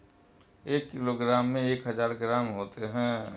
एक किलोग्राम में एक हज़ार ग्राम होते हैं